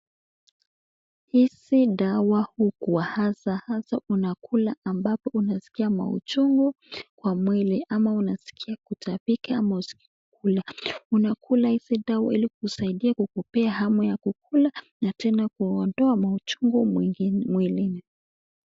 Hizi dawa hukuwa hasa hasa unakula ambapo unaskia mauchungu kwa mwili ama unaskia kutapika ama huskii kula. Unakula hizi dawa ili kusaidia kukupea hamu ya kukula na kuondoa mauchungu mwilini.